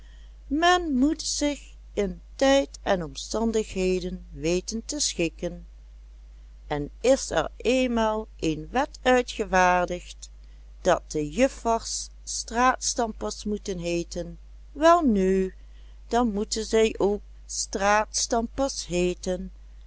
men moet zich in tijd en omstandigheden weten te schikken en is er eenmaal een wet uitgevaardigd dat de juffers straatstampers moeten heeten welnu dan moeten zij ook straatstampers heeten